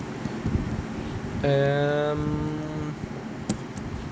um